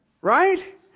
Right